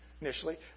initially